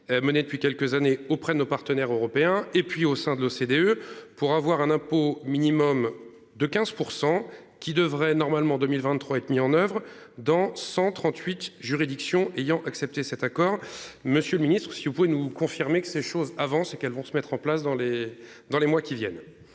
Menée depuis quelques années auprès de nos partenaires européens et puis au sein de l'OCDE pour avoir un impôt minimum de 15% qui devraient normalement 2023 être mis en oeuvre dans 138 juridiction ayant accepté cet accord, Monsieur le Ministre, si vous pouvez nous confirmer que ces choses avancent et qu'elles vont se mettre en place dans les, dans les mois qui viennent.